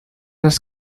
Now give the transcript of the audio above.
las